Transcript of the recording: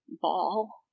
ball